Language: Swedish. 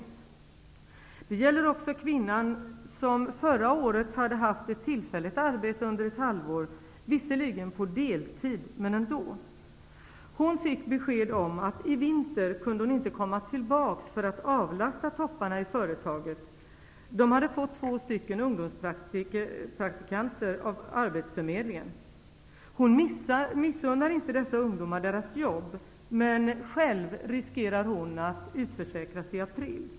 Det här gäller också kvinnan som förra året hade haft ett tillfälligt arbete under ett halvår -- visserligen på deltid, men ändå. Hon hade fått besked om att i vinter kunde hon inte komma tillbaka för att avlasta topparna i företaget. De hade fått två stycken ungdomspraktikanter av Arbetsförmedlingen. Hon missunnar inte dessa ungdomar deras jobb. Men själv riskerar hon att utförsäkras i april!